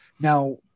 Now